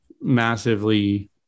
massively